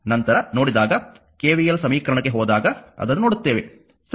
ನಂತರ ನೋಡಿದಾಗ KVL ಸಮೀಕರಣಕ್ಕೆ ಹೋದಾಗ ಅದನ್ನು ನೋಡುತ್ತೇವೆ ಸರಿ